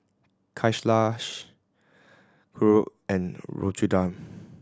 Kailash Dhirubhai and Ramchundra